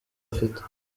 bafite